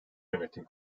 yönetim